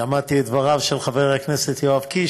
שמעתי את דבריו של חבר הכנסת יואב קיש,